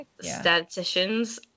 Statisticians